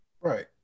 Right